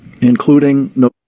including